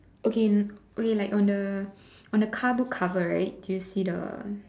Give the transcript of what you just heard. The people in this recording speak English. okay okay like on the on the car book cover right do you see the